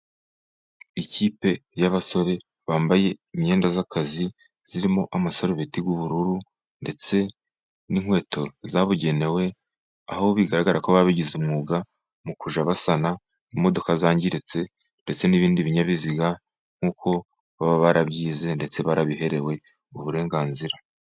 Ikipe y'abasore bambaye imyenda y'akazi irimo amasarobeti y'ubururu ndetse n'inkweto zabugenewe, aho bigaragara ko babigize umwuga mu kuja basana imodoka zangiritse ndetse n'ibindi binyabiziga, nk'uko baba barabyize, ndetse barabiherewe uburenganzira.